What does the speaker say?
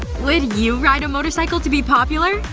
would you ride a motorcycle to be popular?